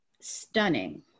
stunning